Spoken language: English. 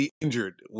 injured